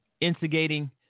instigating